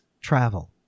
travel